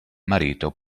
marito